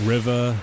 River